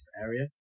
area